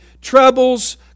troubles